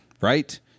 Right